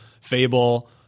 Fable